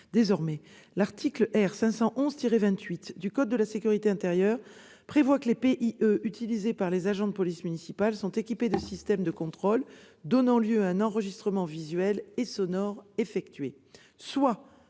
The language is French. Désormais, l'article R. 511-28 du code de la sécurité intérieure prévoit que les PIE utilisés par les agents de police municipale soient équipés de systèmes de contrôle donnant lieu à un enregistrement visuel et sonore effectué